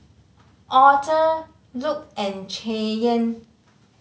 Author Luc and Cheyenne